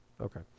Okay